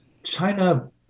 China